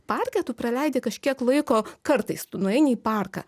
parke tu praleidi kažkiek laiko kartais tu nueini į parką